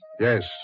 Yes